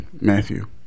Matthew